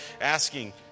asking